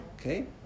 Okay